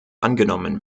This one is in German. angenommen